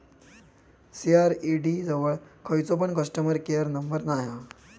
CRED जवळ खयचो पण कस्टमर केयर नंबर नाय हा